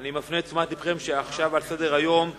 אני מפנה את תשומת לבכם שעכשיו על סדר-היום הנושא: